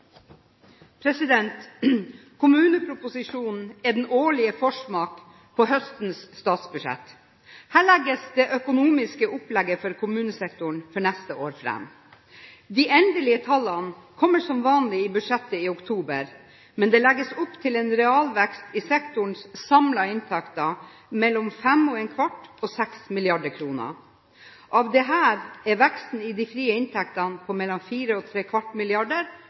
vedtatt. Kommuneproposisjonen er den årlige forsmaken på høstens statsbudsjett. Her legges det økonomiske opplegget for kommunesektoren for neste år fram. De endelige tallene kommer som vanlig i budsjettet i oktober, men det legges opp til en realvekst i sektorens samlede inntekter på mellom 5¼ og 6 mrd. kr. Av dette er veksten i de frie inntektene på mellom 4¾ mrd. og